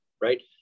Right